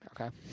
okay